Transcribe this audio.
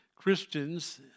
Christians